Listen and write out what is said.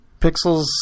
Pixels